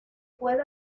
puede